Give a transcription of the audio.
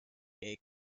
gay